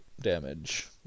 damage